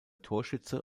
torschütze